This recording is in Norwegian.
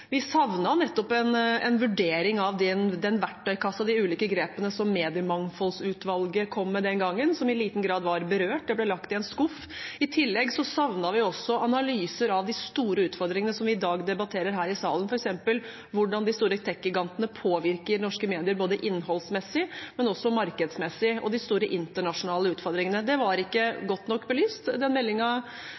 nettopp en vurdering av den verktøykassen, de ulike grepene som Mediemangfoldsutvalget kom med den gangen, som i liten grad var berørt. Det ble lagt i en skuff. I tillegg savnet vi også analyser av de store utfordringene som vi i dag debatterer her i salen, f.eks. hvordan de store tek-gigantene påvirker norske medier, både innholdsmessig og markedsmessig, og de store internasjonale utfordringene. Det var ikke godt nok belyst da den